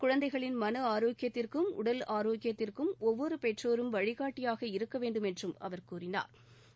குழந்தைகளின் மன ஆரோக்கியத்திற்கும் உடல் ஆரோக்கியத்திற்கும் ஒவ்வொரு பெற்றோரும் வழிகாட்டியாக இருக்க வேண்டும் என்றும் அவா் கூறினாா்